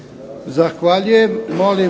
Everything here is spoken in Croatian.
Zahvaljujem,